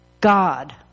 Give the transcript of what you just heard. God